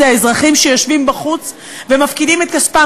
האזרחים שיושבים בחוץ ומפקידים את כספם